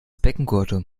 beckengurte